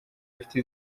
afite